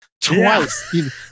Twice